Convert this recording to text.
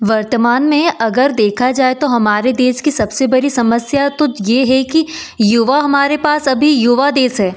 वर्तमान में अगर देखा जाए तो हमारे देश की सबसे बड़ी समस्या तो यह है कि युवा हमारे पास अभी युवा देश है